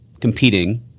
competing